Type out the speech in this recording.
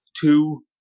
two